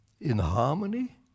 inharmony